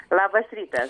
labas rytas